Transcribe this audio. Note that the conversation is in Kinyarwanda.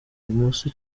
ibumoso